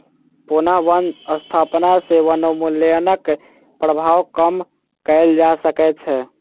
पुनः बन स्थापना सॅ वनोन्मूलनक प्रभाव कम कएल जा सकै छै